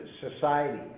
society